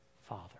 Father